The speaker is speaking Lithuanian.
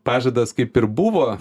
pažadas kaip ir buvo